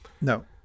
No